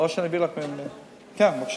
כן, בבקשה.